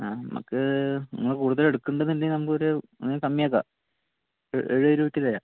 നമുക്ക് നിങ്ങൾ കൂടുതൽ എടുക്കുന്നുണ്ടേൽ നമുക്ക് ഒരു കമ്മി ആക്കാം എഴുപത് രൂപക്ക് തരാം